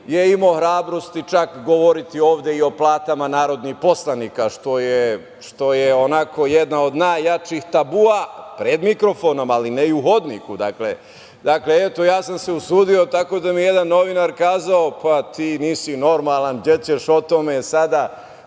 je imao hrabrosti čak govoriti ovde i o platama narodnih poslanika, što je, onako, jedna od najjačih tabua, pred mikrofonom, ali ne i u hodniku. Dakle, eto, ja sam usudio, tako da mi je jedan novinar rekao – ti nisi normalan, gde ćeš o tome sada,